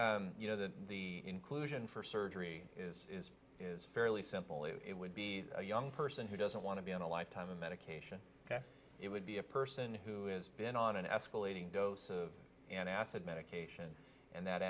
you know that the inclusion for surgery is is fairly simple it would be a young person who doesn't want to be on a lifetime of medication it would be a person who is been on an escalating dose of an acid medication and that